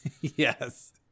Yes